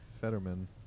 Fetterman